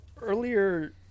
Earlier